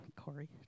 Corey